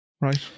right